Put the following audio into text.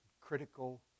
critical